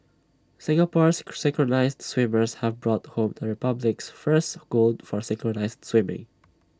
Singapore's synchronised swimmers have brought home the republic's first gold for synchronised swimming